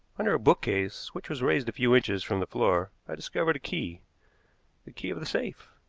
under a bookcase, which was raised a few inches from the floor, i discovered a key the key of the safe.